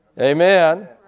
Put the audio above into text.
Amen